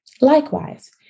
Likewise